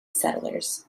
settlers